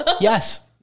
yes